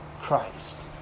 Christ